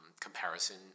comparison